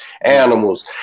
animals